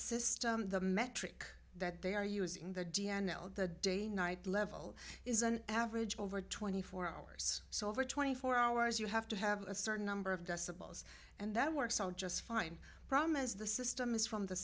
system the metric that they are using the d n o the day night level is an average over twenty four hours so over twenty four hours you have to have a certain number of decibels and that works out just fine from as the system is from the